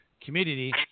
Community